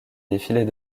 défilés